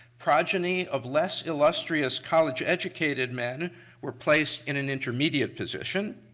progeny of less illustrious college educated men were placed in an intermediate position.